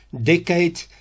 decade